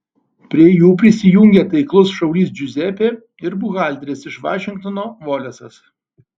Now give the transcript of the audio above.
prie jų prisijungia taiklus šaulys džiuzepė ir buhalteris iš vašingtono volesas